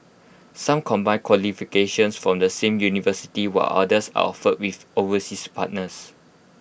some combine qualifications from the same university while others are offered with overseas partners